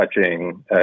touching